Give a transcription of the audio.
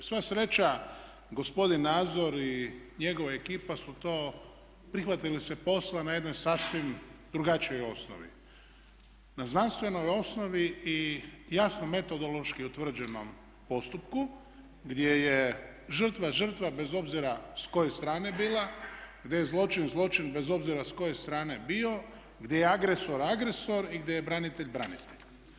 I sva sreća gospodin Nazor i njegova ekipa su to prihvatili se posla na jednoj sasvim drugačijoj osnovi, na znanstvenoj osnovi i jasno metodološki utvrđenom postupku gdje je žrtva žrtva bez obzira s koje strane bila, gdje je zločin zločin bez obzira s koje strane bio, gdje je agresor agresor i gdje je branitelj branitelj.